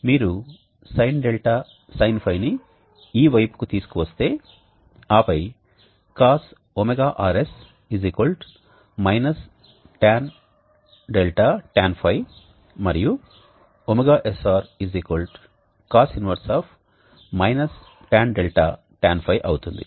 కాబట్టి మీరు Sin 𝛿 Sinϕ ని ఈ వైపుకు తీసుకు వస్తే ఆపై Cosωrs Tans 𝛿 Tan ϕ మరియు ωsr Cos 1 Tan 𝛿 Tan ϕ అవుతుంది